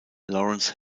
lawrence